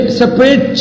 separate